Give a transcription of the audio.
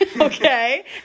Okay